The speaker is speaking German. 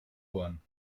ohren